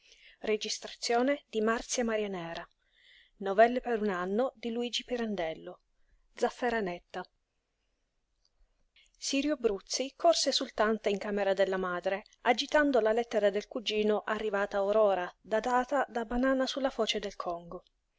le braccia balbettando l'ombello a didí in cielo piove sirio bruzzi corse esultante in camera della madre agitando la lettera del cugino arrivata or ora datata da banana su la foce del congo